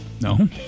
No